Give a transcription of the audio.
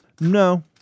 No